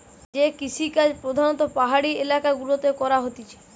যে কৃষিকাজ প্রধাণত পাহাড়ি এলাকা গুলাতে করা হতিছে